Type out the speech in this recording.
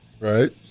Right